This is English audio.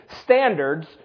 standards